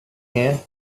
here